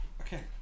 Okay